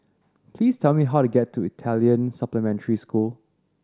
please tell me how to get to Italian Supplementary School